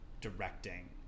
directing